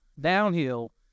downhill